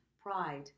pride